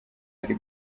ari